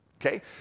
Okay